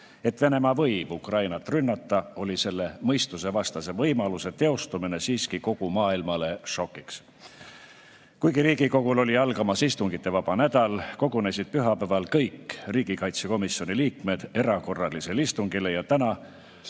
et Venemaa võib Ukrainat rünnata, oli selle mõistusevastase võimaluse teostumine siiski kogu maailmale šokk. Kuigi Riigikogul oli algamas istungivaba nädal, kogunesid pühapäeval kõik riigikaitsekomisjoni liikmed erakorralisele istungile. Täna